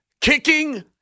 Kicking